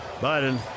Biden